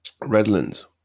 Redlands